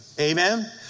Amen